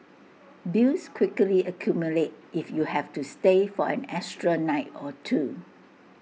bills quickly accumulate if you have to stay for an extra night or two